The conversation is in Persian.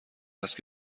است